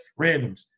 randoms